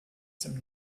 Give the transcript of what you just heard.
some